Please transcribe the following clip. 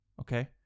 Okay